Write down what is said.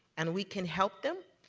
and we can help them,